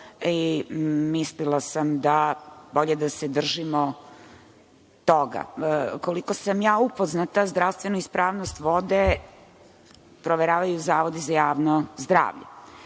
Mislila sam da je bolje da se držimo toga. Koliko sam ja upoznata, zdravstvenu ispravnost vode proveravaju zavodi za javno zdravlje.